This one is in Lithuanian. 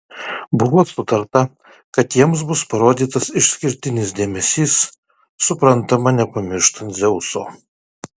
buvo sutarta kad jiems bus parodytas išskirtinis dėmesys suprantama nepamirštant dzeuso